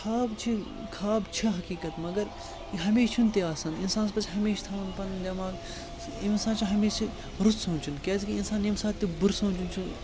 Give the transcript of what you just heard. خاب چھِ خاب چھِ حقیٖقت مگر یہِ ہمیشہِ چھُنہٕ تہِ آسان اِنسانَس پَزِ ہمیشہِ تھَوُن پَنُن دٮ۪ماغ اِنسان چھِ ہمیشہِ رُت سونٛچُن کیٛازِکہِ اِنسان ییٚمہِ ساتہٕ تہِ بُرٕ سونٛچُن چھُ